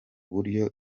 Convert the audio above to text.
buryo